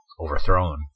overthrown